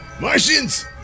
Martians